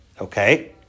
Okay